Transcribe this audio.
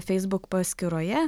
feisbuk paskyroje